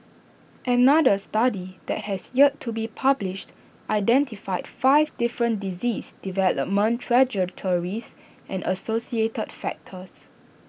another study that has yet to be published identified five different disease development trajectories and associated factors